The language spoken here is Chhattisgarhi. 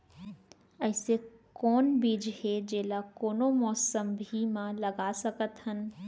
अइसे कौन बीज हे, जेला कोनो मौसम भी मा लगा सकत हन?